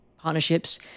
Partnerships